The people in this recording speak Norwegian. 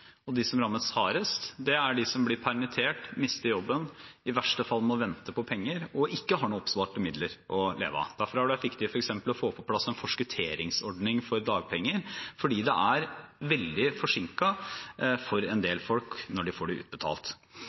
De som rammes hardest, er de som blir permittert, mister jobben, i verste fall må vente på penger og ikke har noen oppsparte midler å leve av. Derfor har det vært viktig f.eks. å få på plass en forskutteringsordning for dagpenger, fordi utbetalingen er veldig forsinket for en del. Vi må komme tilbake til høsten med en mer detaljert beskrivelse av de